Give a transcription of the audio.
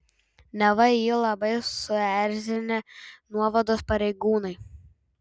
neva jį labai suerzinę nuovados pareigūnai